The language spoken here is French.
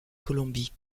colombie